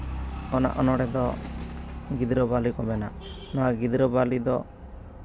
ᱚᱱᱟ ᱚᱱᱚᱲᱦᱮᱸ ᱫᱚ ᱜᱤᱫᱽᱨᱟᱹ ᱵᱟᱣᱞᱤ ᱠᱚ ᱢᱮᱱᱟ ᱱᱚᱶᱟ ᱜᱤᱫᱽᱨᱟᱹ ᱵᱟᱹᱣᱞᱤ ᱫᱚ